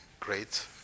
great